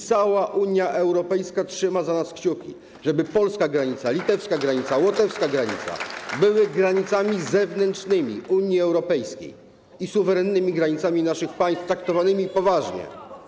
Cała Unia Europejska trzyma kciuki za nas, żeby polska granica, litewska granica, łotewska granica były granicami zewnętrznymi Unii Europejskiej i suwerennymi granicami naszych państw, traktowanymi poważnie.